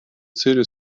целью